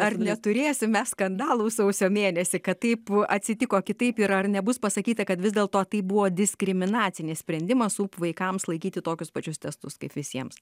ar neturėsim mes skandalų sausio mėnesį kad taip atsitiko kitaip yra ar nebus pasakyta kad vis dėlto tai buvo diskriminacinis sprendimas sup vaikams laikyti tokius pačius testus kaip visiems